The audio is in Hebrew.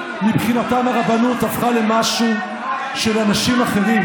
מבחינתם הרבנות הפכה למשהו של אנשים אחרים.